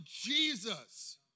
Jesus